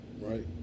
right